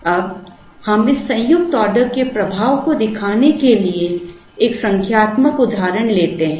अब हम इस संयुक्त ऑर्डर के प्रभाव को दिखाने के लिए एक संख्यात्मक उदाहरण लेते हैं